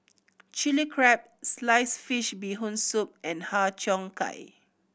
Chili Crab sliced fish Bee Hoon Soup and Har Cheong Gai